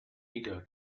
ego